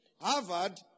Harvard